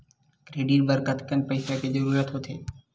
Credit बर कतेकन पईसा के जरूरत होथे?